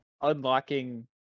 unlocking